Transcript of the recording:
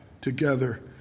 together